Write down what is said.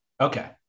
okay